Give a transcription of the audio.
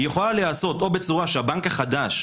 היא יכולה להיעשות או בצורה שהבנק החדש,